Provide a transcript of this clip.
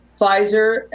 Pfizer